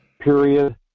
period